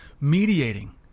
mediating